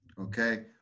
Okay